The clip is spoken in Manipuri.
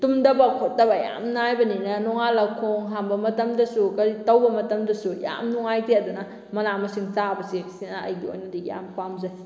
ꯇꯨꯝꯗꯐꯧ ꯐꯠꯇꯕ ꯌꯥꯝ ꯅꯥꯏꯕꯅꯤꯅ ꯅꯣꯡꯉꯥꯜꯂ ꯈꯣꯡ ꯍꯥꯝꯕ ꯃꯇꯝꯗꯁꯨ ꯀꯔꯤ ꯇꯧꯕ ꯃꯇꯝꯗꯁꯨ ꯌꯥꯝ ꯅꯨꯡꯉꯥꯏꯇꯦ ꯑꯗꯨꯅ ꯃꯅꯥ ꯃꯁꯤꯡ ꯆꯥꯕꯁꯦ ꯁꯤꯅ ꯑꯩꯒꯤ ꯑꯣꯏꯅꯗꯤ ꯌꯥꯝ ꯄꯥꯝꯖꯩ